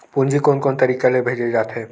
पूंजी कोन कोन तरीका ले भेजे जाथे?